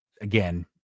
again